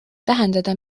tähendada